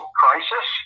crisis